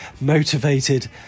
motivated